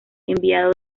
enviado